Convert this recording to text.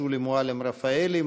שולי מועלם-רפאלי,